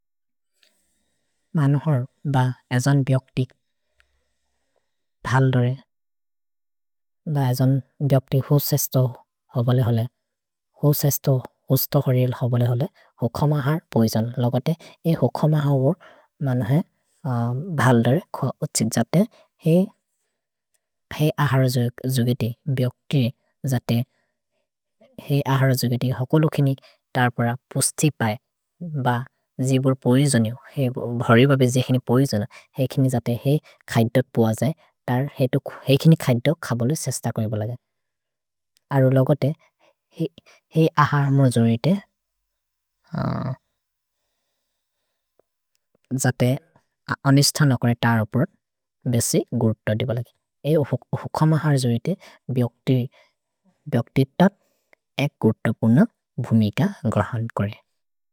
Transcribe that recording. कीड़ीने दो प्रकार की आओ, एक लाल भी आओ ने काले भी आओ। अगर काले देखें जाएगा तो सूब मानग, लाल देखें जाएगा तो असुब मानगता। क्योंकि लाल कीड़ीने काटा जी खड़ी। एक काटा जी क्योंकि लाल। काले कीड़ीने काटा जी खड़ी। लाल कीड़ीने काटा जी खड़ी।